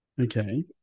Okay